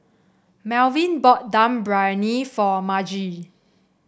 Malvin bought Dum Briyani for Margie